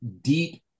deep